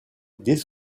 dès